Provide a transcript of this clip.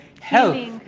health